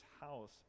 house